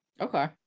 Okay